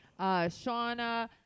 Shauna